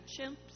chimps